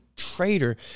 traitor